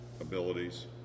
abilities